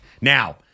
Now